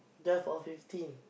therefore fifteen